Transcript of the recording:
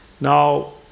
Now